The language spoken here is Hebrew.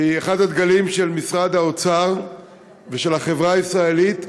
שהיא אחד הדגלים של משרד האוצר ושל החברה הישראלית,